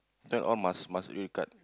the all must must recut